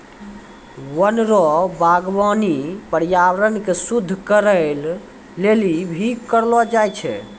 वन रो वागबानी पर्यावरण के शुद्ध करै लेली भी करलो जाय छै